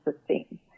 sustain